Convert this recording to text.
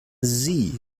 sie